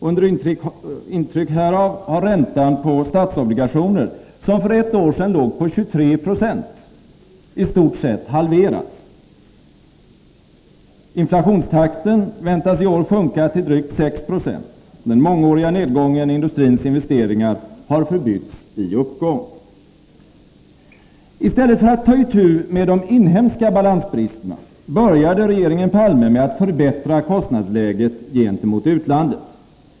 Under intryck härav har man i stort sett halverat räntan på statsobligationer, som för ett år sedan låg på 23 96. Inflationstakten väntas i år sjunka till drygt 6 96. Den mångåriga nedgången i industrins investeringar har förbytts i uppgång. I stället för att ta itu med de inhemska balansbristerna började regeringen Palme med att förbättra kostnadsläget gentemot utlandet.